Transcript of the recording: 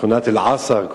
בשכונת אל-עשר,